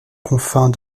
confins